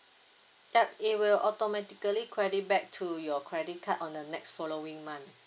yup it will automatically credit back to your credit card on the next following month